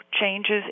changes